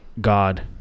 god